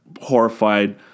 horrified